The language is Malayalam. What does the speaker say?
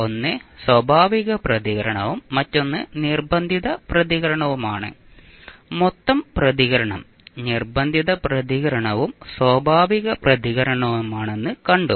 1 സ്വാഭാവിക പ്രതികരണവും മറ്റൊന്ന് നിർബന്ധിത പ്രതികരണവുമാണ് മൊത്തം പ്രതികരണം നിർബന്ധിത പ്രതികരണവും സ്വാഭാവിക പ്രതികരണവുമാണെന്ന് കണ്ടു